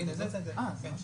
בדיון